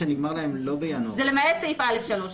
זה למעט סעיף (א)(3).